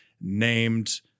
named